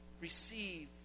receive